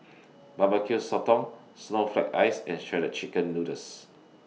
Barbecue Sotong Snowflake Ice and Shredded Chicken Noodles